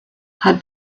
had